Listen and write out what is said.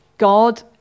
God